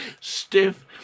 stiff